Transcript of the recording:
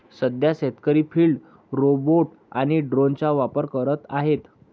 सध्या शेतकरी field robot आणि ड्रोनचा वापर करत आहेत